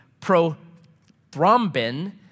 prothrombin